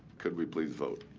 could we please vote.